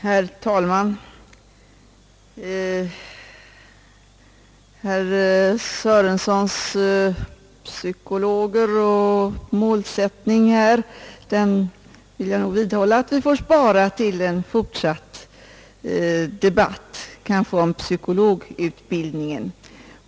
Herr talman! Herr Sörenson talade om psykologer, om målsättningen för deras arbete osv., men jag vill nog vidhålla att vi får spara dessa frågor till en kommande debatt om psykologutbildningen.